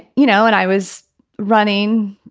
you know, and i was running,